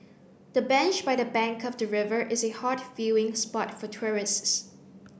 the bench by the bank of the river is a hot viewing spot for tourists